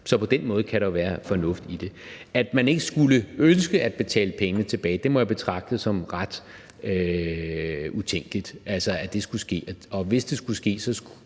Så på den måde kan der jo være fornuft i det. At man ikke skulle ønske at betale pengene tilbage, må jeg betragte som ret utænkeligt, altså at det skulle ske. Hvis det skulle ske, har